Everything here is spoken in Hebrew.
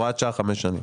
הוראת שעה חמש שנים.